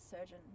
surgeon